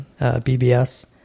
BBS